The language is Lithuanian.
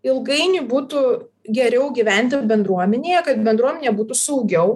ilgainiui būtų geriau gyventi bendruomenėje kad bendruomenėje būtų saugiau